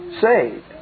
saved